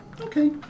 Okay